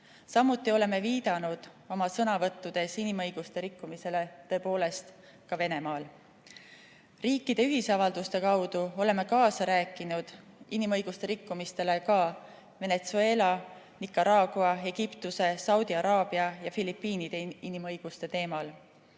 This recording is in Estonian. Samuti oleme viidanud oma sõnavõttudes inimõiguste rikkumisele tõepoolest ka Venemaal. Riikide ühisavalduste kaudu oleme kaasa rääkinud inimõiguste rikkumisele ka Venetsueela, Nicaragua, Egiptuse, Saudi Araabia ja Filipiinide inimõiguste teemal.